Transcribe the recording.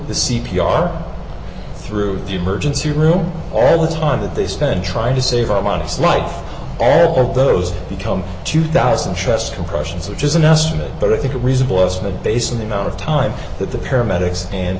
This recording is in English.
the c p r through the emergency room all the time that they spend trying to save our modest life all those become two thousand chest compressions which is an estimate but i think a reasonable estimate based on the amount of time that the paramedics and